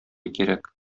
кирәк